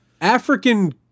African